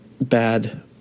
bad